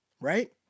right